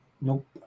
Nope